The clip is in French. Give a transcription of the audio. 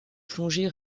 plongée